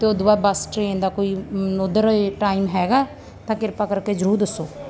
ਅਤੇ ਉਹ ਤੋਂ ਬਾਅਦ ਬੱਸ ਟਰੇਨ ਦਾ ਕੋਈ ਓਧਰ ਟਾਈਮ ਹੈਗਾ ਤਾਂ ਕਿਰਪਾ ਕਰਕੇ ਜ਼ਰੂਰ ਦੱਸੋ